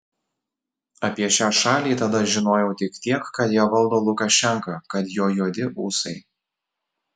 apie šią šalį tada žinojau tik tiek kad ją valdo lukašenka kad jo juodi ūsai